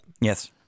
Yes